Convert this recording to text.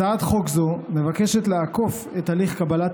הצעת חוק זו מבקשת לעקוף את הליך קבלת